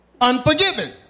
unforgiven